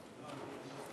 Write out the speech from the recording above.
בבקשה.